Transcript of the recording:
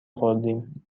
خوردیم